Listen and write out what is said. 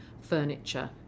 furniture